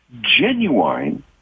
genuine